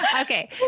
Okay